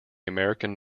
american